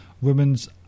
Women's